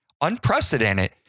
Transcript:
unprecedented